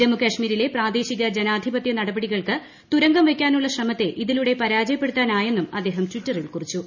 ജമ്മുകാശ്മീരിലെ പ്രാദേശിക ജനാധിപത്യ നടപടികൾക്ക് തുരങ്കം വയ്ക്കാനുള്ള ശ്രമത്തൈ ഇതിലൂടെ പരാജയപ്പെടുത്താനായെന്നും അദ്ദേഹം ട്വിറ്ററിൽ പറഞ്ഞു